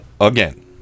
again